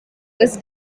was